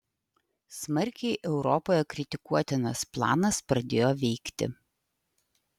smarkiai europoje kritikuotinas planas pradėjo veikti